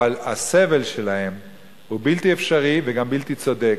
אבל הסבל שלהם הוא בלתי אפשרי וגם בלתי צודק.